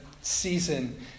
season